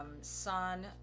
sun